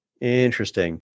Interesting